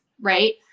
Right